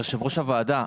יושב ראש הוועדה,